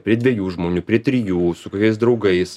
prie dviejų žmonių prie trijų su kokiais draugais